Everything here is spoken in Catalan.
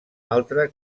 altre